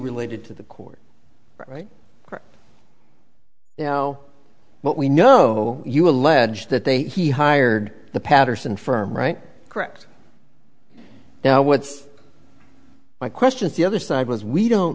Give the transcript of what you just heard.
related to the court right now but we know you allege that they he hired the patterson firm right correct now what's my question is the other side as we don't